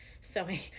sewing